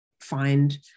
find